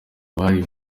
abari